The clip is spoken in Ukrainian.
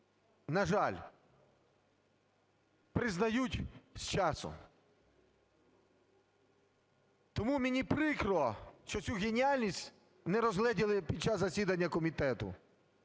на жаль, признають з часом. Тому мені прикро, що цю геніальність не розгледіли під час засідання комітету,